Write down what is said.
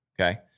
Okay